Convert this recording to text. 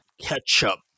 ketchup